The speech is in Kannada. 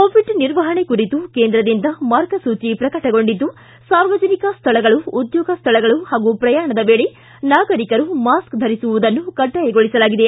ಕೋವಿಡ್ ನಿರ್ವಪಣೆ ಕುರಿತು ಕೇಂದ್ರದಿಂದ ಮಾರ್ಗಸೂಚಿ ಪ್ರಕಟಗೊಂಡಿದ್ದು ಸಾರ್ವಜನಿಕ ಸ್ಥಳಗಳು ಉದ್ಯೋಗ ಸ್ಥಳಗಳು ಪಾಗೂ ಪ್ರಯಾಣದ ವೇಳೆ ನಾಗರಿಕರು ಮಾಸ್ಕ್ ಧರಿಸುವುದನ್ನು ಕಡ್ಡಾಯಗೊಳಿಸಲಾಗಿದೆ